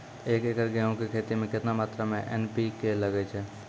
एक एकरऽ गेहूँ के खेती मे केतना मात्रा मे एन.पी.के लगे छै?